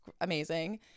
amazing